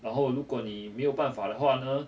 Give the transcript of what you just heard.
然后如果你没有办法的话呢